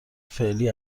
فعلی